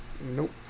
Nope